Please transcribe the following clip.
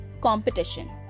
competition